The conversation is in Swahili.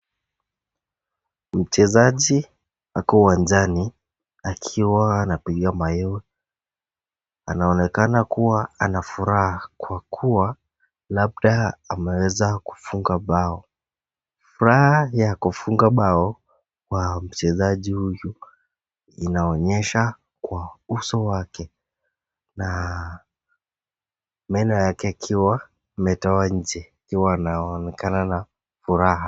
Mchezaji ako uwanjani akiwa anapiga mayowe. Anaonekana anafuraha kwa kuwa labda ameweza kufunga bao. Furaha ya kufunga bao kwa mchezaji huyu inaonyesha kwa uso wake na meno yake ikiwa imetoa nje. Inaonekana ana furaha.